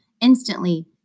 instantly